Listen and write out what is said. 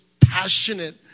Passionate